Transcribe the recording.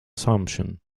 assumption